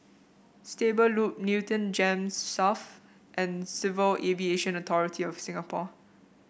Stable Loop Newton Gems South and Civil Aviation Authority of Singapore